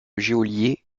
geôlier